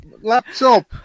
laptop